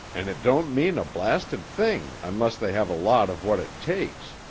and it don't mean a blasted thing unless they have a lot of what it takes,